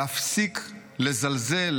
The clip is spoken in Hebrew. להפסיק לזלזל,